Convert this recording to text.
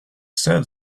said